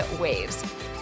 waves